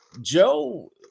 Joe